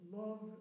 love